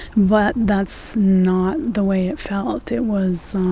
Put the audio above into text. but that's not the way it felt. it was